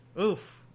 Oof